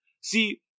See